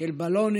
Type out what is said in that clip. "בלונים"